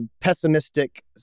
pessimistic